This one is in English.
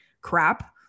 crap